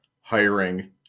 hiring